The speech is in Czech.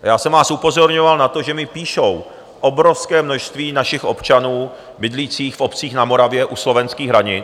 Já jsem vás upozorňoval na to, že mi píše obrovské množství našich občanů bydlících v obcích na Moravě u slovenských hranic.